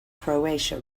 croatia